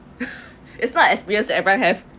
it's not experience everyone have